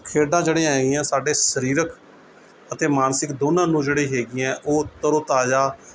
ਖੇਡਾਂ ਜਿਹੜੀਆਂ ਹੈਗੀਆਂ ਸਾਡੇ ਸਰੀਰਕ ਅਤੇ ਮਾਨਸਿਕ ਦੋਨਾਂ ਨੂੰ ਜਿਹੜੀ ਹੈਗੀਆਂ ਉਹ ਤਰੋ ਤਾਜ਼ਾ